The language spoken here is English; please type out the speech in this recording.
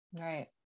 right